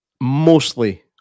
mostly